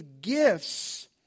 gifts